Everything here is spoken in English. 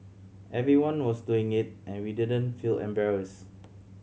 everyone was doing it and we didn't feel embarrassed